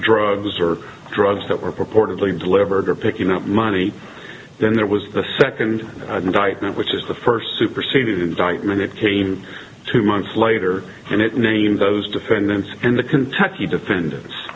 drugs or drugs that were purportedly delivered or picking up money then there was the second indictment which is the first superseded dykeman it came two months later and it names those defendants in the kentucky defendants